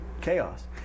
Chaos